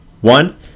One